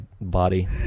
body